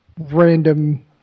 random